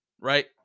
right